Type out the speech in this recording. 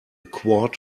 quart